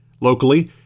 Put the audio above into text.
Locally